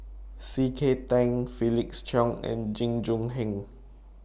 C K Tang Felix Cheong and Jing Jun Hong